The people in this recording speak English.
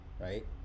right